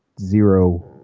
zero